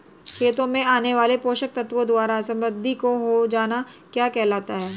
खेतों में आने वाले पोषक तत्वों द्वारा समृद्धि हो जाना क्या कहलाता है?